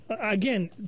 Again